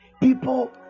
People